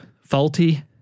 faulty